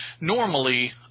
normally